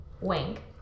wink